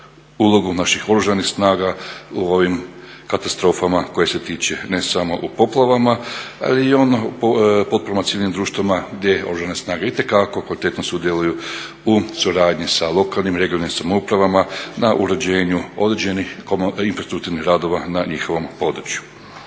ulogu naših Oružanih snaga u ovim katastrofama koje se tiče ne samo u poplavama, ali i ono potpora civilnim društvima gdje Oružane snage itekako kvalitetno sudjeluju u suradnji sa lokalnim, regionalnim samoupravama na uređenju određenih infrastrukturnih radova na njihovom području.